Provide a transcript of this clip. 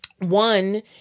One